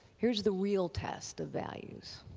here's the real test of values.